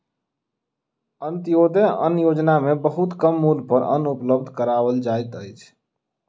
अन्त्योदय अन्न योजना में बहुत कम मूल्य पर अन्न उपलब्ध कराओल जाइत अछि